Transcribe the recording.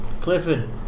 Clifford